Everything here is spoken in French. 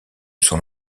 son